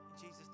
Jesus